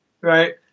Right